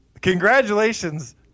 Congratulations